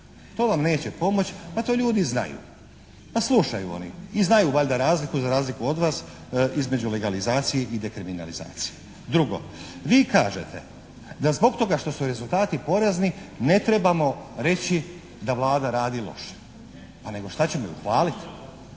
To vam neće pomoći, pa to ljudi znaju. Pa slušaju oni i znaju valjda razliku za razliku od vas između legalizacije i dekriminalizacije. Drugo, vi kažete da zbog toga što su rezultati porazni ne trebamo reći da Vlada radi loše. Pa nego šta ćemo ih? Hvaliti?